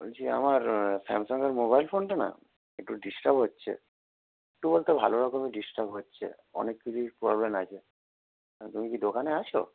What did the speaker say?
বলছি আমার স্যামসংয়ের মোবাইল ফোনটা না একটু ডিসটার্ব হচ্ছে খুব একটা ভালো রকমই ডিসটার্ব হচ্ছে অনেক কিছুই প্রবলেম আছে তুমি কি দোকানে আছো